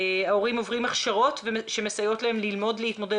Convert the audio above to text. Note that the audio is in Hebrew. ההורים עוברים הכשרות שמסייעות להם ללמוד להתמודד